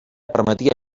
permetia